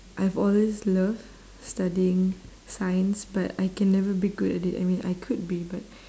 I've always love studying science but I can never be good at it I mean I could be but